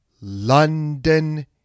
London